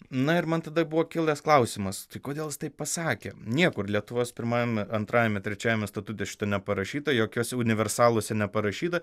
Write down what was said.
na ir man tada buvo kilęs klausimas kodėl jis taip pasakė niekur lietuvos pirmajame antrajame trečiajame statute šito neparašyta jokiuose universaluose neparašyta